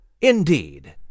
Indeed